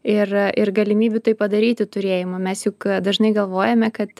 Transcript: ir ir galimybių tai padaryti turėjimo mes juk dažnai galvojame kad